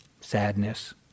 sadness